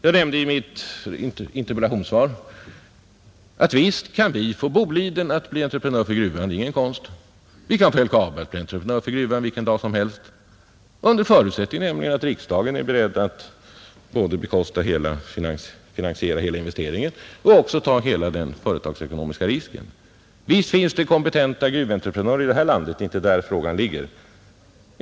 Jag nämnde i mitt interpellationssvar att vi givetvis kan få Boliden att bli entreprenör för gruvan, Det är ingen konst. Vi kan också få LKAB att bli entreprenör för gruvan vilken dag som helst, under förutsättning att riksdagen är beredd att finansiera hela investeringen och ta hela den företagsekonomiska risken. Och visst finns det kompetenta gruventreprenörer i det här landet; det är inte där svårigheterna ligger.